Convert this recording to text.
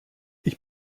ich